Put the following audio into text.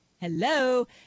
hello